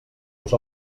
los